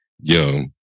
Yo